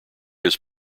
his